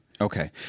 Okay